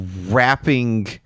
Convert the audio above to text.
wrapping